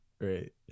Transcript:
right